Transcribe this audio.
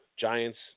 Giants